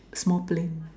small plane